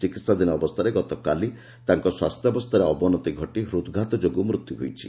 ଚିକିତ୍ସାଧୀନ ଅବସ୍ଥାରେ ଗତକାଲି ତାଙ୍କ ସ୍ୱାସ୍ଥ୍ୟାବସ୍ଥାରେ ଅବନତି ଘଟି ହୃଦ୍ଘାତ ଯୋଗୁଁ ମୃତ୍ୟୁ ହୋଇଛି